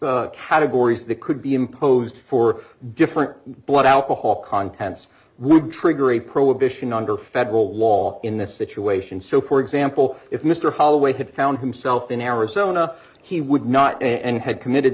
categories that could be imposed for different blood alcohol content would trigger a prohibition under federal law in this situation so for example if mr holloway had found himself in arizona he would not and had committed